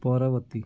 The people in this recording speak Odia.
ପରବର୍ତ୍ତୀ